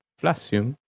Flasium